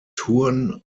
turn